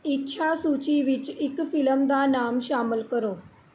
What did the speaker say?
ਇੱਛਾ ਸੂਚੀ ਵਿੱਚ ਇੱਕ ਫਿਲਮ ਦਾ ਨਾਮ ਸ਼ਾਮਲ ਕਰੋ